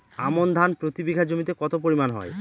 আমন ধান প্রতি বিঘা জমিতে কতো পরিমাণ হয়?